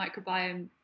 microbiome